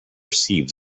sieves